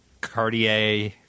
Cartier